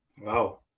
Wow